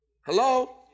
hello